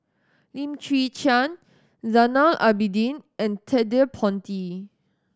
Lim Chwee Chian Zainal Abidin and Ted De Ponti